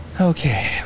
Okay